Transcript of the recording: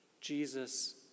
Jesus